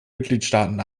mitgliedstaaten